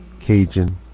Cajun